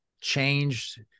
changed